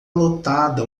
lotada